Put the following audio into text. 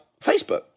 Facebook